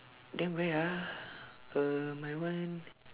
then where ah uh my one